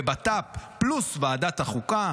בביטחון לאומי פלוס ועדת החוקה,